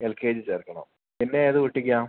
L K G ചേർക്കണോ പിന്നെ ഏതു കുട്ടിക്കാണ്